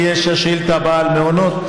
יש את השאילתה הבאה על מעונות.